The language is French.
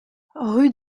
rue